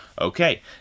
Okay